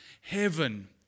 heaven